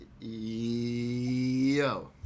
Yo